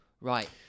right